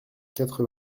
quatre